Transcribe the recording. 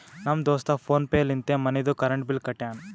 ನಮ್ ದೋಸ್ತ PhonePe ಲಿಂತೆ ಮನಿದು ಕರೆಂಟ್ ಬಿಲ್ ಕಟ್ಯಾನ್